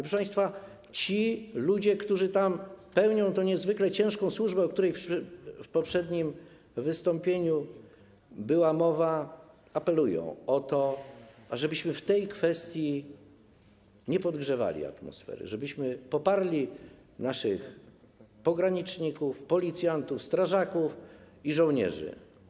Proszę państwa, ci ludzie, którzy pełnią niezwykle ciężką służbę, o której w poprzednim wystąpieniu była mowa, apelują o to, żebyśmy w tej kwestii nie podgrzewali atmosfery, żebyśmy poparli naszych pograniczników, policjantów, strażaków i żołnierzy.